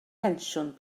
pensiwn